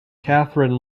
catherine